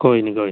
कोई निं कोई निं